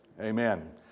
Amen